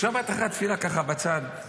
בשבת אחרי התפילה ככה בצד,